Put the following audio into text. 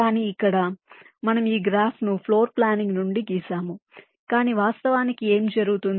కానీ ఇక్కడ మనం ఈ గ్రాఫ్ను ఫ్లోర్ ప్లానింగ్ నుండి గీసాము కానీ వాస్తవానికి ఏమి జరుగుతుంది